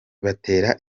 batera